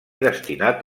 destinat